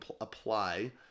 apply